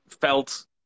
felt